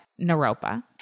Naropa